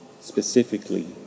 specifically